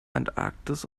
antarktis